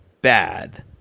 bad